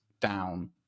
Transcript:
down